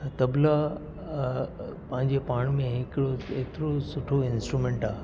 तबला पंहिंजे पाण में हिकिड़ो हेतिरो सुठो इंस्ट्रुमेंट आहे